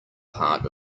part